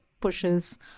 pushes